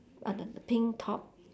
uh no no pink top